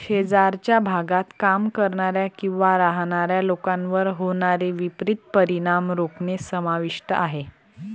शेजारच्या भागात काम करणाऱ्या किंवा राहणाऱ्या लोकांवर होणारे विपरीत परिणाम रोखणे समाविष्ट आहे